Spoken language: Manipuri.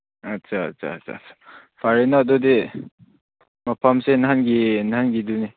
ꯑꯆꯥ ꯑꯆꯥ ꯑꯆꯥ ꯐꯔꯦꯅꯦ ꯑꯗꯨꯗꯤ ꯃꯐꯝꯁꯦ ꯃꯍꯥꯟꯒꯤ ꯃꯍꯥꯟꯒꯤꯗꯨꯅꯦ